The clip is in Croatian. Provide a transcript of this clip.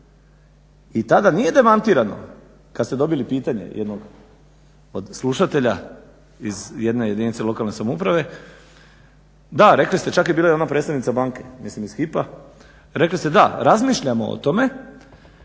i tada nije demantirano kada ste dobili pitanje jednog od slušatelja iz jedne jedinice lokalne samouprave, da rekli ste čak je bila i ona predstavnica banka mislim iz HYPO-a rekli ste da razmišljamo o tome